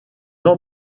ans